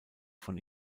von